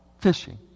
fishing